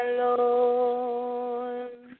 Alone